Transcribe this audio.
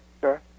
Sure